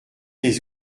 des